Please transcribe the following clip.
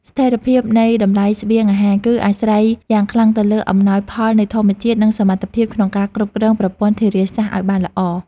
ស្ថិរភាពនៃតម្លៃស្បៀងអាហារ គឺអាស្រ័យយ៉ាងខ្លាំងទៅលើអំណោយផលនៃធម្មជាតិ និងសមត្ថភាពក្នុងការគ្រប់គ្រងប្រព័ន្ធធារាសាស្ត្រឱ្យបានល្អ។